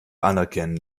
anerkennen